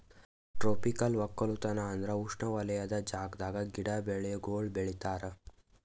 tropical ಒಕ್ಕಲತನ ಅಂದುರ್ ಉಷ್ಣವಲಯದ ಜಾಗದಾಗ್ ಗಿಡ, ಬೆಳಿಗೊಳ್ ಬೆಳಿತಾರ್